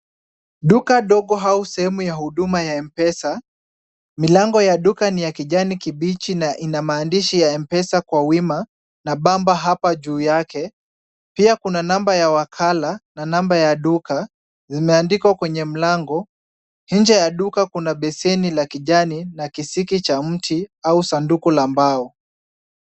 Duka dogo au sehemu ya huduma ya M-pesa, milango ya duka ni ya kijani kibichi na ina maandishi ya M-pesa kwa wima na bamba hapa juu yake . Pia kuna namba ya wakala na namba ya duka, zimeandikwa kwenye mlango. Nje ya duka kuna besheni la kijani na kisiki cha mti au sanduku la mbao.